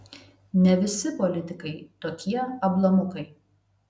ne visi politikai tokie ablamukai